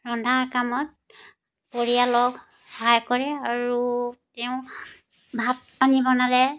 ৰন্ধা কামত পৰিয়ালক সহায় কৰে আৰু তেওঁ ভাত পানী বনালে